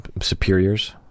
superiors